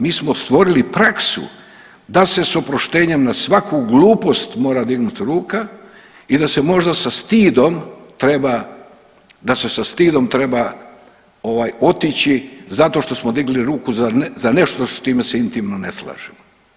Mi smo stvorili praksu da se s oproštenjem na svaku glupost mora dignut ruka i da se možda sa stidom treba, da se sa stidom treba otići zato šta smo digli ruku za nešto s čime se intimno ne slažemo.